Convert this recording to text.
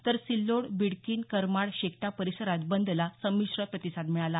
तर सिल्लोड बिडकीन करमाड शेकटा परिसरात बंदला समिश्र प्रतिसाद मिळाला